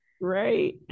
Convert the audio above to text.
Right